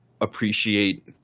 appreciate –